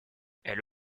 elle